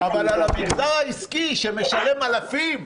אבל למגזר העסקי, שמשלם אלפים,